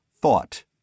thought